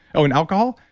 oh, and alcohol?